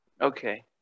Okay